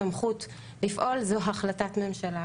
סמכות לפעול זו החלטת ממשלה.